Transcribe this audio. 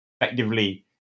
Effectively